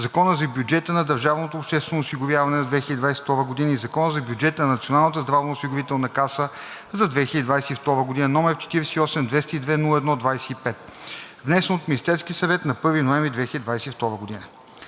Закона за бюджета на държавното обществено осигуряване за 2022 г. и Закона за бюджета на Националната здравноосигурителна каса за 2022 г., № 48-202-01-25, внесен от Министерския съвет на 1 ноември 2022 г.